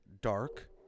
dark